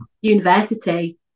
university